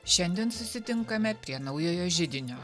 šiandien susitinkame prie naujojo židinio